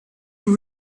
were